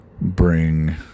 bring